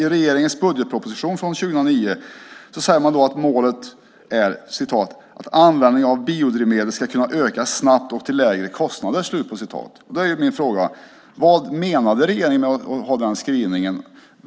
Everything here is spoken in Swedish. I regeringens budgetproposition för 2009 säger man att målet är "att användningen av biodrivmedel ska kunna öka snabbt och till lägre kostnader". Då är min fråga: Vad menade regeringen med den skrivningen?